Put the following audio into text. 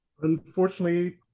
Unfortunately